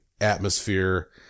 atmosphere